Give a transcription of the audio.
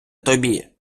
тобі